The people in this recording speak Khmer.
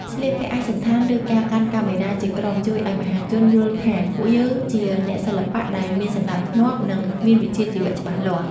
ស្លៀកពាក់ឯកសណ្ឋាន ឬ ការកាន់កាមេរ៉ាជាក្រុមជួយឱ្យមហាជនយល់ថាពួកយើងជាអ្នកសិល្បៈដែលមានសណ្តាប់ធ្នាប់ និង មានវិជ្ជាជីវៈច្បាស់លាស់។